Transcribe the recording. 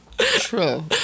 true